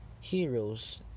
heroes